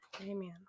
Amen